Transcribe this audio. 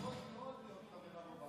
ברוב של 60 נגד 59,